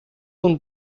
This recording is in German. nun